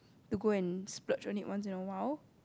to go and splurge on it once in a while